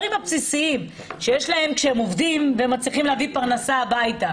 את הדברים הבסיסיים שיש להם כשהם עובדים ומצליחים להביא פרנסה הביתה.